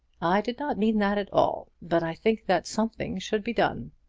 i did not mean that at all. but i think that something should be done.